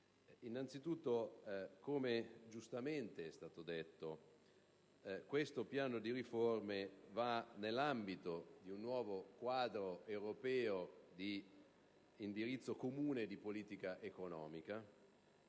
Innanzitutto, come giustamente è stato detto, questo piano di riforme va nell'ambito di un nuovo quadro europeo di indirizzo comune e di politica economica